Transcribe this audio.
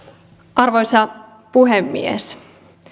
arvoisa puhemies